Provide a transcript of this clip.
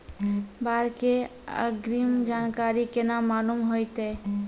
बाढ़ के अग्रिम जानकारी केना मालूम होइतै?